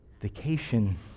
vacation